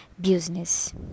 business